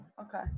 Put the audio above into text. okay